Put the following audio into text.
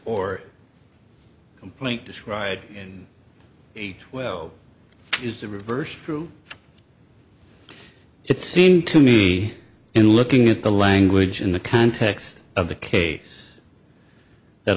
or complaint descried in twelve is the reverse true it seemed to me in looking at the language in the context of the case that